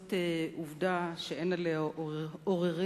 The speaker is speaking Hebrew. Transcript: זאת עובדה שאין עליה עוררין,